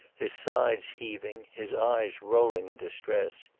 his sides heaving, his eyes rolling in distress.